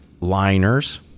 liners